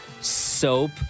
soap